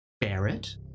Barrett